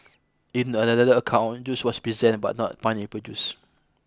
in another account juice was present but not pineapple juice